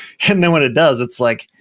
and now what it does, it's like,